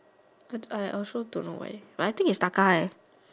I I also don't know where but I think is Taka eh